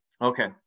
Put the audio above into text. Okay